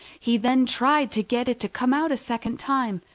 he then tried to get it to come out a second time,